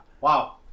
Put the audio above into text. Wow